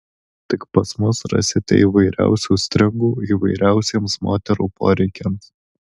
tik pas mus rasite įvairiausių stringų įvairiausiems moterų poreikiams